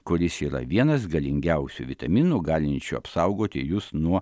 kuris yra vienas galingiausių vitaminų galinčių apsaugoti jus nuo